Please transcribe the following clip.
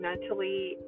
mentally